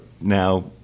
now